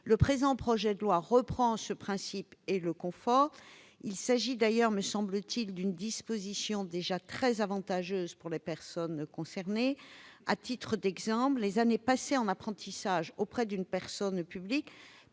Le présent projet de loi reprend ce principe et le conforte. Il s'agit d'ailleurs, me semble-t-il, d'une disposition déjà très avantageuse pour les personnes concernées. À titre d'exemple, les années passées en apprentissage auprès d'une personne publique